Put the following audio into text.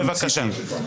בבקשה.